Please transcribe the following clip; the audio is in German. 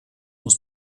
muss